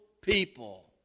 people